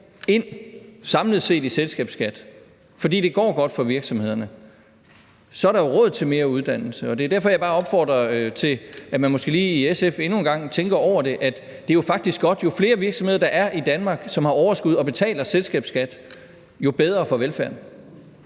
og mere ind i selskabsskat, fordi det går godt for virksomhederne, så der er råd til mere uddannelse. Det er derfor, jeg bare opfordrer til, at man måske i SF lige endnu en gang tænker over, at det jo faktisk er godt, for jo flere virksomheder, der er i Danmark, og som har overskud og betaler selskabsskat, jo bedre er det for